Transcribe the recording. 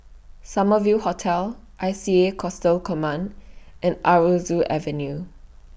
Summer View Hotel I C A Coastal Command and Aroozoo Avenue